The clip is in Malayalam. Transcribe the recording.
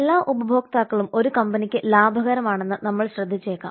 എല്ലാ ഉപഭോക്താക്കളും ഒരു കമ്പനിക്ക് ലാഭകരമാണെന്ന് നമ്മൾ ശ്രദ്ധിച്ചേക്കാം